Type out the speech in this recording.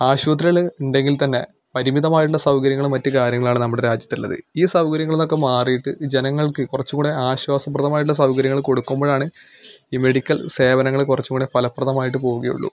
ആശുപത്രികൾ ഉണ്ടെങ്കിൽ തന്നെ പരിമിതമായിട്ടുള്ള സൗകര്യങ്ങളും മറ്റു കാര്യങ്ങളും ആണ് നമ്മുടെ രാജ്യത്ത് ഉള്ളത് ഈ സൗകര്യങ്ങളിൽ നിന്നൊക്കെ മാറിയിട്ട് ജനങ്ങൾക്ക് കുറച്ചുംകൂടെ ആശ്വാസപ്രദമായിട്ടുള്ള സൗകര്യങ്ങൾ കൊടുക്കുമ്പോഴാണ് ഈ മെഡിക്കൽ സേവനങ്ങൾ കുറച്ചുംകൂടെ ഫലപ്രദമായിട്ട് പോവുകയുള്ളൂ